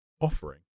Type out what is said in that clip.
offering